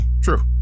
True